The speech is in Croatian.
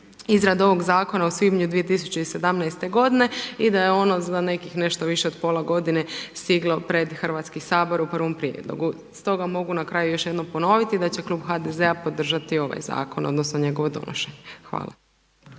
izradu ovog zakona u svibnju 2017. godine i da je ono za nekih nešto više od pola godine stiglo pred Hrvatski sabor u prvom prijedlogu. Stoga mogu još jednom na kraju ponoviti da će klub HDZ-a podržati ovaj zakon odnosno njegovo donošenje. Hvala.